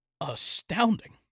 astounding